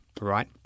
right